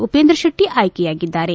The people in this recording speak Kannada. ಉಪೇಂದ್ರ ಶೆಟ್ಟಿ ಆಯ್ಕೆಯಾಗಿದ್ದಾರೆ